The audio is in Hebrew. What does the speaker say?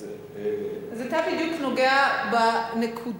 אז אתה בדיוק נוגע בנקודה.